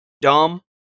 dumb